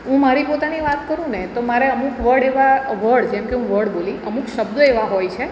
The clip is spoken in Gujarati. હું મારી પોતાની વાત કરુંને તો મારે અમુક વર્ડ એવા વર્ડ જેમ કે હું વર્ડ બોલી અમુક શબ્દો એવા હોય છે